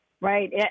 Right